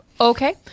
okay